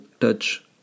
touch